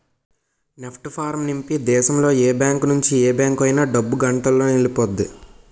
NEFT form నింపి దేశంలో ఏ బ్యాంకు నుంచి ఏ బ్యాంక్ అయినా డబ్బు గంటలోనెల్లిపొద్ది